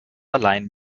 allein